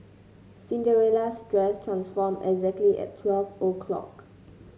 Cinderella's dress transformed exactly at twelve o'clock